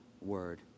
word